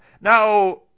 Now